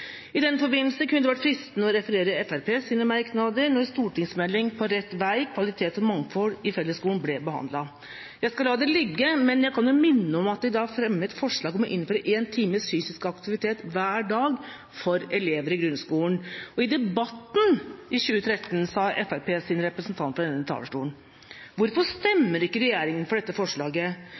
I den forbindelse kunne det vært fristende å referere Fremskrittspartiets merknader da stortingsmeldinga På rett vei. Kvalitet og mangfold i fellesskolen ble behandlet. Jeg skal la det ligge, men jeg kan minne om at de da fremmet forslag om å innføre én times fysisk aktivitet hver dag for elever i grunnskolen. Og i debatten i 2013 spurte Fremskrittspartiets representant fra denne talerstolen om hvorfor regjeringa ikke stemte for det forslaget: